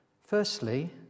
Firstly